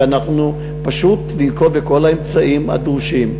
ואנחנו פשוט ננקוט את כל האמצעים הדרושים.